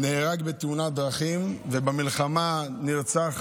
נהרג בתאונת דרכים, ובמלחמה נרצח